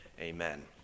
Amen